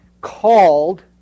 called